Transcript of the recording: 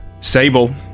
Sable